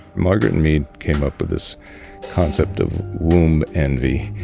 margaret and meade came up with this concept of womb envy,